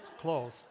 close